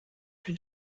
bin